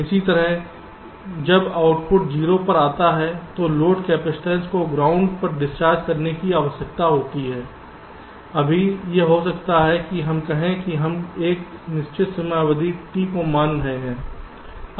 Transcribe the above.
इसी तरह जब आउटपुट 0 पर जाता है तो लोड कैपेसिटर को ग्राउंड पर डिस्चार्ज करने की आवश्यकता होती है अभी यह हो सकता है कि हम कहें कि हम एक निश्चित समय अवधि T को मान रहे हैं